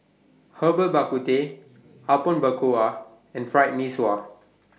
Herbal Bak Ku Teh Apom Berkuah and Fried Mee Sua